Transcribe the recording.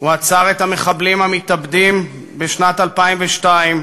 הוא עצר את המחבלים המתאבדים בשנת 2002,